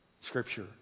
Scripture